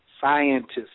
scientists